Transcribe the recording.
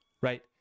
right